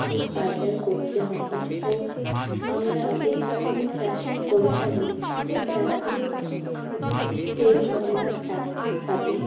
বাজার করতে হয় না ও আমরা এই কারণেই চাষটা করে থাকি যাতে এইগুলো আমরা প্রাকৃতিকভাবে